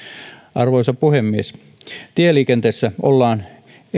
arvoisa puhemies tieliikenteessä ollaan